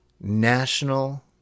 national